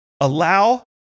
Allow